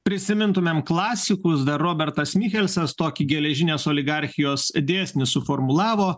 prisimintumėm klasikus dar robertas michelsas tokį geležinės oligarchijos dėsnį suformulavo